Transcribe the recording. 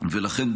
ולכן,